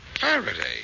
Faraday